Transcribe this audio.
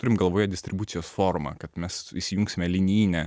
turime galvoje distribucijos formą kad mes įsijungsime lininę